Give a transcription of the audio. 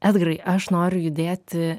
edgarai aš noriu judėti